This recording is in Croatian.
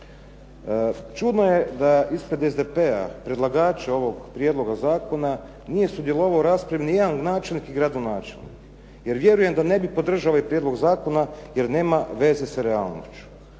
se ne razumije./… SDP-a predlagače ovoga prijedloga zakona nije sudjelovao u raspravi niti jedan načelnik i gradonačelnik. Jer vjerujem da ne bi podržali ovaj prijedlog zakona jer nema veze sa realnošću.